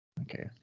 Okay